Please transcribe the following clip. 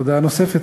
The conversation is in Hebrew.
הודעה נוספת,